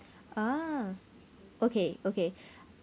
ah okay okay